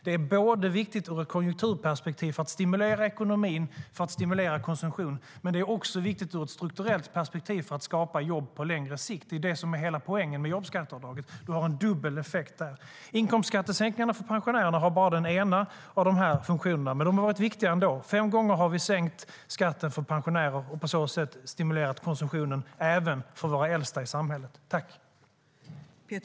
Det är både viktigt ur ett konjunkturperspektiv, för att stimulera ekonomin och konsumtionen, och ur ett strukturellt perspektiv, för att skapa jobb på längre sikt. Det är det som är hela poängen med jobbskatteavdraget, alltså att vi har en dubbel effekt där. Inkomstskattesänkningarna har bara den ena av funktionerna, men de har ändå varit viktiga. Fem gånger har vi sänkt skatten för pensionärer och på så sätt stimulerat konsumtionen - även för våra äldsta i samhället.